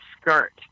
skirt